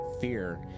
fear